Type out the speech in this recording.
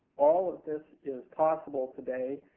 all of this is possible today,